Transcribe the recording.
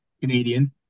Canadian